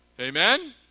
Amen